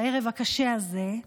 בערב הקשה הזה,